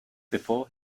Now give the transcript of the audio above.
before